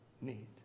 need